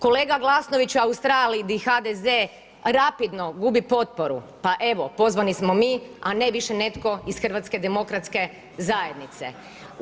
Kolega Glasnovića je u Australiji gdje HDZ rapidno gubi potporu, pa evo pozvani smo mi, a ne više netko iz HDZ-a.